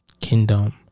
kingdom